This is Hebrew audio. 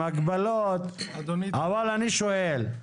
אבל אני שואל,